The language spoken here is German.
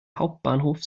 hauptbahnhof